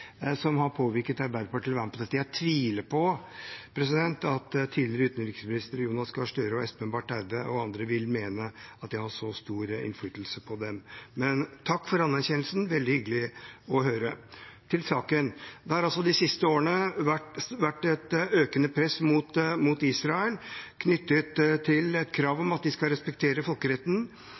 Jeg tviler på at de tidligere utenriksministrene Jonas Gahr Støre og Espen Barth Eide og andre vil mene at jeg har så stor innflytelse på dem, men takk for anerkjennelsen, det er veldig hyggelig å høre. Til saken: Det har de siste årene vært et økende press mot Israel knyttet til et krav om at de skal respektere folkeretten,